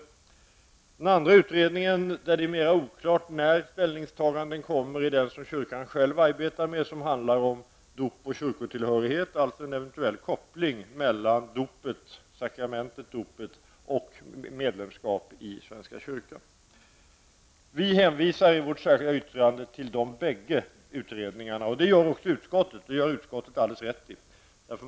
När det gäller den andra utredningen är det mera oklart när ställningstaganden kan komma. Det är den som kyrkan själv arbetar med och som handlar om dop och kyrkotillhörighet, alltså en eventuell koppling mellan sakramentet dopet och medlemskap i svenska kyrkan. Vi hänvisar i vårt särskilda yttrande till dessa två utredningar. Det gör också utskottet, och det gör utskottet alldeles rätt i.